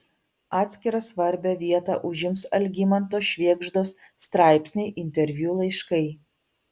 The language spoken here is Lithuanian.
atskirą svarbią vietą užims algimanto švėgždos straipsniai interviu laiškai